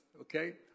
Okay